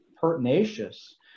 pertinacious